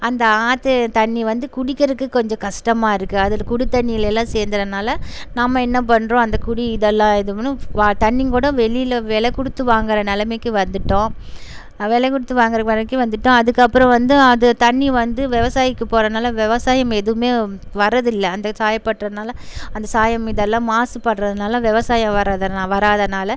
அந்த ஆற்று தண்ணி வந்து குடிக்கிறதுக்கு கொஞ்சம் கஸ்டமாக இருக்குது அதில் குடித் தண்ணியிலேலாம் சேர்ந்தனால நாம் என்ன பண்ணுறோம் அந்த குடி இதெல்லாம் இது பண்ணும் வா தண்ணிங்கூட வெளியில வில கொடுத்து வாங்கிற நிலமைக்கி வந்துட்டோம் விலை கொடுத்து வாங்கிற வரைக்கும் வந்துட்டோம் அதுக்கப்புறம் வந்து அது தண்ணி வந்து விவசாயிக்கு போகிறனால விவசாயம் எதுவுமே வர்றது இல்லை அந்த சாயப்பட்டறனால அந்த சாயம் இதெல்லாம் மாசுபடுறதுனால விவசாயம் வராதனால் வராதனால்